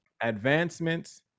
advancements